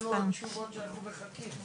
יש לנו עוד תשובות שאנחנו מחכים,